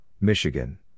Michigan